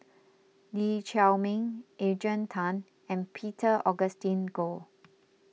Lee Chiaw Meng Adrian Tan and Peter Augustine Goh